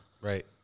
Right